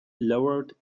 lowered